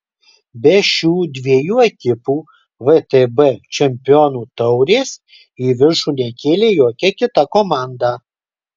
be šių dviejų ekipų vtb čempionų taurės į viršų nekėlė jokia kita komanda